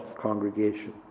congregation